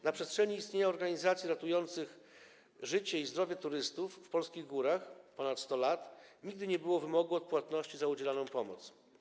Na przestrzeni istnienia organizacji ratujących życie i zdrowie turystów w polskich górach, czyli od ponad 100 lat, nigdy nie było wymogu odpłatności za udzielaną pomoc.